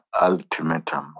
ultimatum